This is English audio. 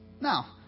now